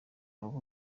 bavuga